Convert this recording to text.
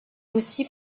aussi